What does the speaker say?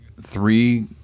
three